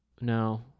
No